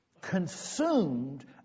consumed